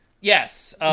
Yes